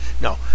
no